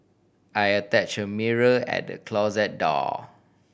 I attach a mirror at the closet door